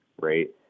right